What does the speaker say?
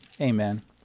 Amen